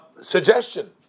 suggestion